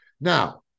Now